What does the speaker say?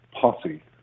posse